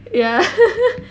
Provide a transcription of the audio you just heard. ya